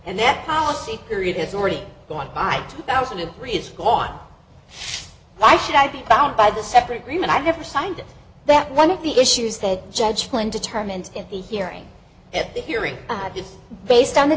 and that policy period is already gone by two thousand and three it's gone why should i be bound by the separate agreement i never signed that one of the issues that judge flynn determined in the hearing at the hearing that is based on the